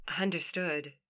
Understood